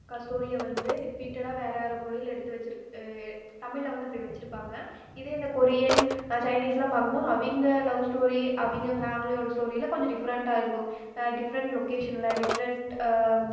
க ஸ்டோரியை வந்து ரிப்பீட்டடாக வேறு வேறு மொழியில் எடுத்து வெச்சுருக் தமிழில் வந்து அப்படி வைச்சிருப்பாங்க இதே இந்த கொரியன் சைனீஸெலாம் பார்க்கம்போது அவங்க லவ் ஸ்டோரி அவங்க ஃபேமிலியோடு ஸ்டோரிலாம் கொஞ்சம் டிஃப்ரெண்ட்டாக இருக்கும் டிஃப்ரெண்ட் லொக்கேஷனில் டிஃப்ரெண்ட்